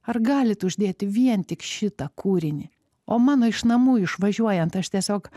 ar galit uždėti vien tik šitą kūrinį o mano iš namų išvažiuojant aš tiesiog